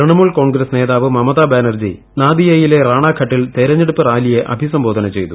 തൃണമൂൽ കോൺഗ്രസ് നേതാവ് മമതാ ബാനർജി നാദിയയിലെ റാണാഘട്ടിൽ തെരഞ്ഞെടുപ്പ് റാലിയെ അഭിസംബോധന ചെയ്തു